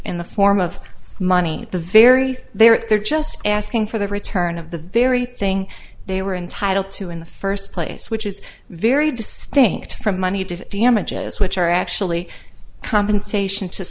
in the form of money the very there they're just asking for the return of the very thing they were entitled to in the first place which is very distinct from money to d m edges which are actually compensation to